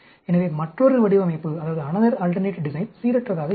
எனவே மற்றொரு மாற்று வடிவமைப்பு சீரற்றதாக இருக்கும்